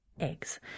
eggs